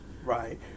Right